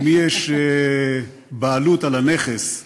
למי יש בעלות על הנכס.